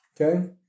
okay